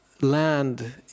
land